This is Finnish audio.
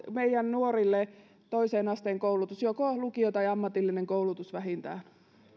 meidän nuorille tarvitaan toisen asteen koulutus joko lukio tai ammatillinen koulutus vähintään